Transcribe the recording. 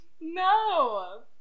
No